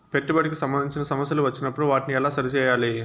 పెట్టుబడికి సంబంధించిన సమస్యలు వచ్చినప్పుడు వాటిని ఎలా సరి చేయాలి?